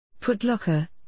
Putlocker